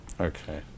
Okay